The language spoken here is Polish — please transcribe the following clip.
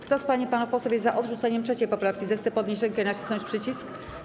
Kto z pań i panów posłów jest za odrzuceniem 3. poprawki, zechce podnieść rękę i nacisnąć przycisk.